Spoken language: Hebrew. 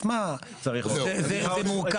תשמע זה מורכב.